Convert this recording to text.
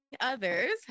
others